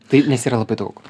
taip nes yra labai daug